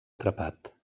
atrapat